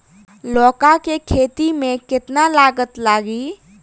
लौका के खेती में केतना लागत लागी?